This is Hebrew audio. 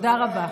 תודה רבה.